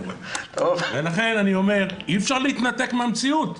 ולכן אני אומר, אי אפשר להתנתק מהמציאות,